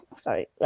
sorry